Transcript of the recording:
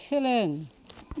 सोलों